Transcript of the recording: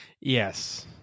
Yes